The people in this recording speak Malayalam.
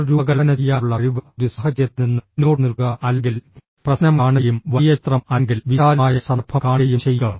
പുനർരൂപകൽപ്പന ചെയ്യാനുള്ള കഴിവ്ഃ ഒരു സാഹചര്യത്തിൽ നിന്ന് പിന്നോട്ട് നിൽക്കുക അല്ലെങ്കിൽ പ്രശ്നം കാണുകയും വലിയ ചിത്രം അല്ലെങ്കിൽ വിശാലമായ സന്ദർഭം കാണുകയും ചെയ്യുക